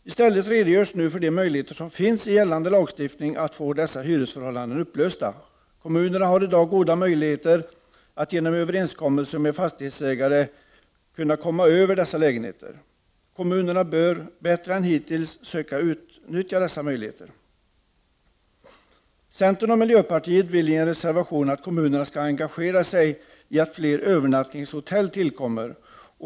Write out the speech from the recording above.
I stället redogörs nu för de möjligheter som finns i gällande lagstiftning att få dessa hyresförhållanden upplösta. Kommunerna har i dag goda möjligheter att genom överenskommelse med fastighetsägarna komma över dessa lägenheter. Kommunerna bör bättre än hittills söka utnyttja dessa möjligheter. Centern och miljöpartiet vill i en reservation att kommunerna skall engagera sig i frågan om ett ökat antal övernattningshotell.